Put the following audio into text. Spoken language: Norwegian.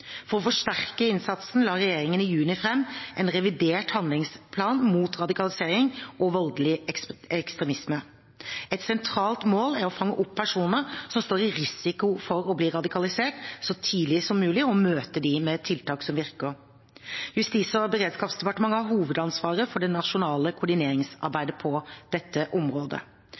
For å forsterke innsatsen, la regjeringen i juni fram en revidert handlingsplan mot radikalisering og voldelig ekstremisme. Et sentralt mål er å fange opp personer som står i risiko for å bli radikalisert, så tidlig som mulig og møte dem med tiltak som virker. Justis- og beredskapsdepartementet har hovedansvaret for det nasjonale koordineringsarbeidet på dette området.